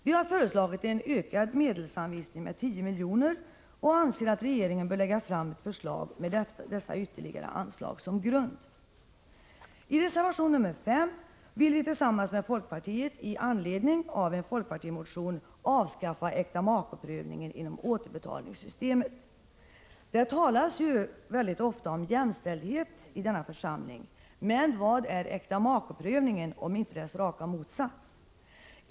Vi har föreslagit en ökad medelsanvisning med 10 milj.kr., och jag anser att regeringen bör lägga fram ett förslag med detta ytterligare anslag som grund. I reservation nr 5 vill vi tillsammans med folkpartiet — i anledning av en folkpartimotion — avskaffa äktamakeprövningen inom återbetalningssystemet. Det talas ofta om jämställdhet i denna församling, men vad är äktamakeprövningen om inte dess raka motsats?